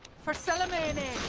for some